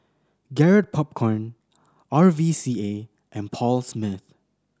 Garrett Popcorn R V C A and Paul Smith